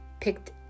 picked